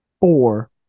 four